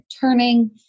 turning